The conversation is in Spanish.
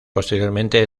posteriormente